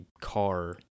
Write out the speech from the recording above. car